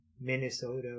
minnesota